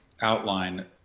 outline